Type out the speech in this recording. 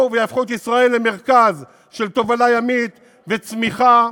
את ישראל למרכז של תובלה ימית וצמיחה.